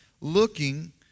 looking